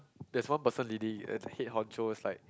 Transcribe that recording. there's one person leading and the head honcho is like